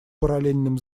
параллельным